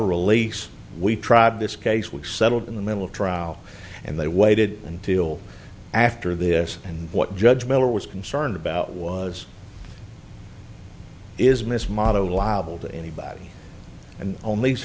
release we tried this case was settled in the middle of trial and they waited until after this and what judge miller was concerned about was is miss motto liable to anybody and only